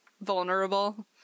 vulnerable